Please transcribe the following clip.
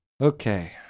Okay